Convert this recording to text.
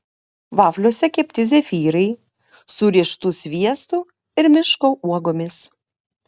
vafliuose kepti zefyrai su riešutų sviestu ir miško uogomis